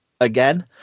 again